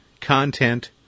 content